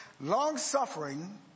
Long-suffering